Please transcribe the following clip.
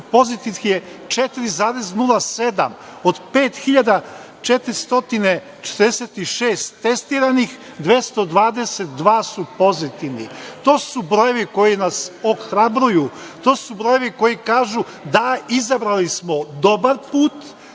pozitivnih 4,07. Od 5.446 testiranih, 222 je pozitivno. To su brojevi koji nas ohrabruju. To su brojevi koji kažu – da, izabrali smo dobar put